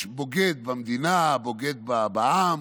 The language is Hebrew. יש בוגד במדינה, בוגד בעם,